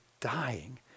dying